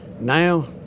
now